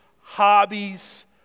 hobbies